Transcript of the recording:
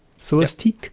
celestique